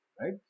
right